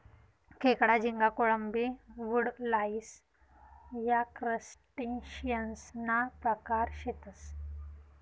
खेकडा, झिंगा, कोळंबी, वुडलाइस या क्रस्टेशियंससना प्रकार शेतसं